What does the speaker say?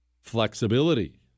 flexibility